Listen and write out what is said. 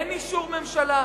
אין אישור ממשלה,